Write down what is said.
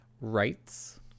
Rights